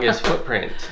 footprint